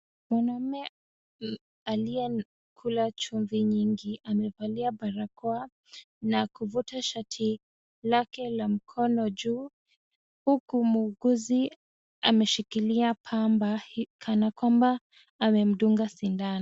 Mwanaume aliyekula chumvi nyingi amevalia barakoa, na kuvuta shati lake la mkono juu, huku muuguzi ameshikilia pamba kana kwamba amemdunga sindano.